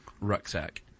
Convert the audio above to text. rucksack